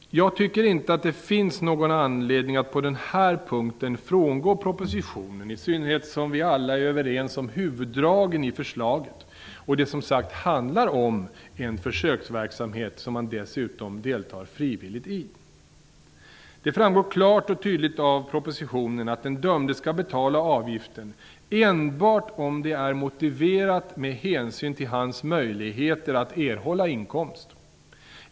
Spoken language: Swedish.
Jag tycker inte att det finns någon anledning att på den här punkten frångå propositionen, i synnerhet som vi alla är överens om huvuddragen i förslaget och det, som sagt, handlar om en försöksverksamhet som man dessutom deltar frivilligt i. Det framgår klart och tydligt av propositionen att den dömde skall betala avgiften enbart om det är motiverat med hänsyn till hans möjligheter att erhålla inkomst.